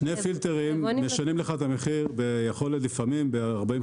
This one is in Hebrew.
שני פילטרים משנים לך את המחיר ביכולת לפעמים ב-40%,